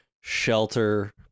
shelter